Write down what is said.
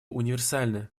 универсальны